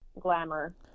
glamour